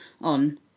on